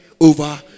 over